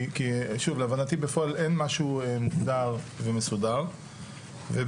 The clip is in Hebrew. כי שוב להבנתי בפועל אין משהו מוגדר ומסודר ושתים,